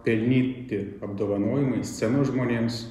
pelnyti apdovanojimai scenos žmonėms